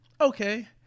Okay